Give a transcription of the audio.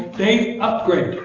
they upgrade.